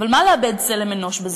אבל מה לאבד צלם אנוש בזה?